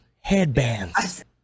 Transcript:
headbands